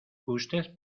usted